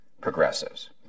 progressives